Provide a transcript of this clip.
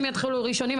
הם יתחילו ראשונים,